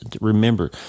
remember